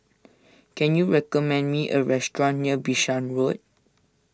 can you recommend me a restaurant near Bishan Road